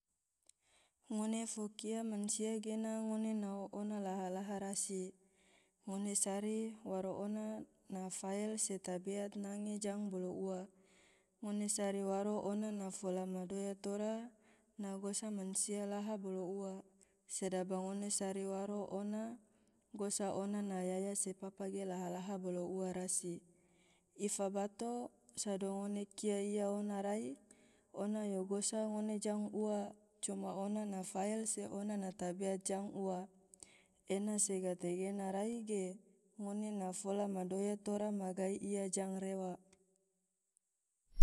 Ngone fo kia mansia gena ngone nao ona laha-laha rasi, ngone sari waro ona na fael se tabeat nange jang bolo ua, ngone sari waro ona na fola madoya tora na gosa mansia laha bolo ua, sedaba ngone sari waro ona na gosa ona na yaya se papa ge laha-laha bolo ua rasi, ifabato sodo ngone kia iya ona rai, ona yo gosa ngone jang ua coma ona na fael se ona na tabeat jang ua, ena se gategena rai ge ngone na fola madoya tora magai iya jang rewa.